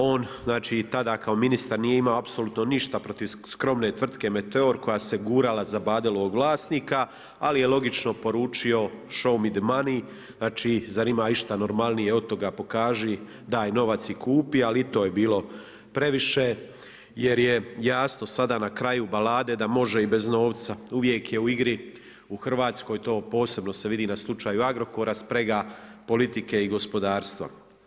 On znači i tada kao ministar nije imao apsolutno ništa protiv skromne tvrtke Meteor koja se gurala za Badelovog vlasnika ali je logično poručio „show me the money“, znači zar ima išta normalnije od toga, pokaži, daj novac i kupi ali i to je bilo previše jer jasno sada na kraju balade da može i bez novca, uvijek je u igri u Hrvatskoj, to posebno se vidi na slučaju Agrokora sprega politike i gospodarstva.